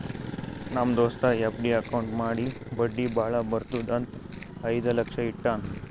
ನಮ್ ದೋಸ್ತ FD account ಮಾಡಿ ಬಡ್ಡಿ ಭಾಳ ಬರ್ತುದ್ ಅಂತ್ ಐಯ್ದ ಲಕ್ಷ ಇಟ್ಟಾನ್